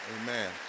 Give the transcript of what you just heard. Amen